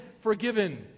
forgiven